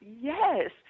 Yes